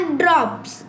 drops